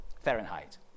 Fahrenheit